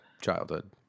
childhood